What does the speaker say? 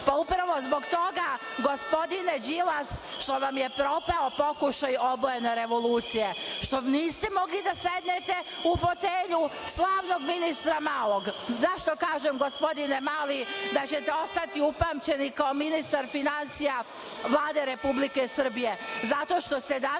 Upravo zbog toga, gospodine Đilas, što vam je propao pokušaj obojene revolucije, što niste mogli da sednete u fotelju slavnog ministra Malog.Zašto kažem, gospodine Mali, da ćete ostati upamćeni kao ministar finansija Vlade Republike Srbije?